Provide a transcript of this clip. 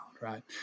right